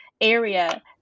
area